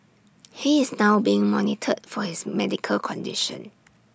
he is now being monitored for his medical condition